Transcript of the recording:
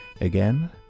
Again